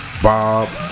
Bob